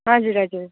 हजुर हजुर